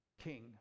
king